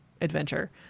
adventure